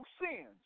sins